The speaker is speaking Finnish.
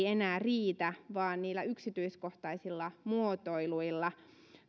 enää riitä vaan niillä yksityiskohtaisilla muotoiluilla